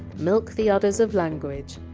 milk the udders of language.